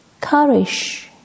courage